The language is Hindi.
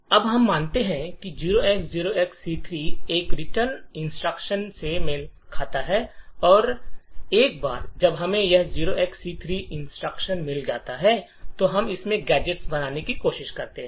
अब हम मानते हैं कि यह 0x0XC3 एक रिटर्न इंस्ट्रक्शन से मेल खाता है और एक बार जब हमें यह 0xC3 इंस्ट्रक्शन मिल जाता है तो हम इससे गैजेट्स बनाने की कोशिश करते हैं